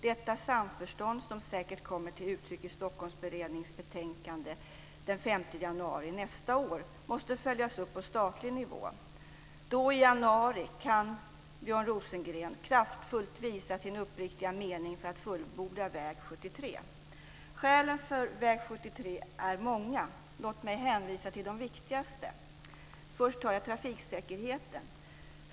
Detta samförstånd, som säkert kommer till uttryck i Stockholmsberedningens betänkande den 15 januari nästa år, måste följas upp på statlig nivå. Då, i januari, kan Björn Rosengren kraftfullt visa sin uppriktiga mening för att fullborda väg 73. Skälen för väg 73 är många. Låt mig hänvisa till de viktigaste. Jag vill först peka på trafiksäkerheten.